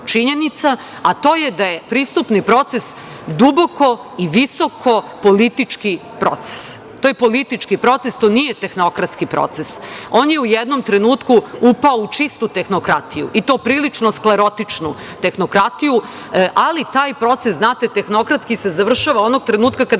činjenica, a to je da je pristupni proces duboko i visoko politički proces. To je politički proces, to nije tehnokratski proces. On je u jednom trenutku upao u čistu tehnokratiju, i to prilično sklerotičnu tehnokratiju, ali taj proces, znate, tehnokratski se završava onog trenutka kada